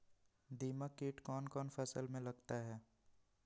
दीमक किट कौन कौन फसल में लगता है?